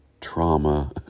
trauma